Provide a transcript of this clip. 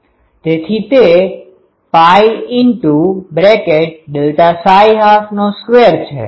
તેથી તે Δ12 2 છે